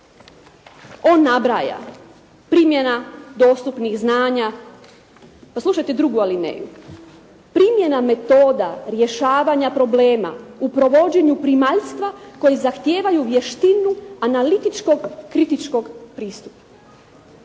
on nabraja: primjena dostupnih znanja, pa slušajte drugu alineju. Primjena metoda rješavanja problema u provođenju primaljstva koje zahtijevaju vještinu analitičkog kritičkog pristupa.